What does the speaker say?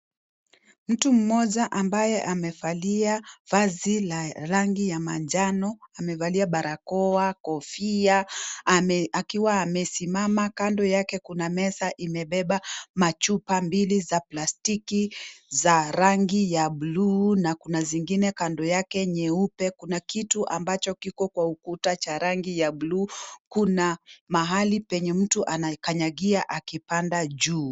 Mtu mmoja ambaye amevalia vazi la rangi ya njano, amevalia barakoa, kofia, akiwa amesimama. Kando yake kuna meza imebeba machupa mbili za plastiki, za rangi ya buluu na kuna zingine kando yake nyeupe. Kuna kitu ambacho kiko kwa ukuta cha rangi ya buluu. Kuna mahali penye mtu anakanyagia akipanda juu.